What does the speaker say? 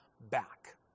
back